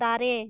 ᱫᱟᱨᱮ